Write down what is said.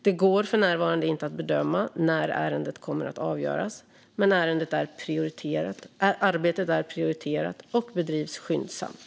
Det går för närvarande inte att bedöma när ärendet kommer att avgöras, men arbetet är prioriterat och bedrivs skyndsamt.